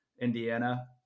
Indiana